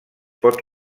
pot